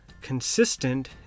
consistent